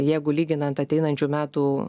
jeigu lyginant ateinančių metų